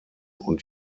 und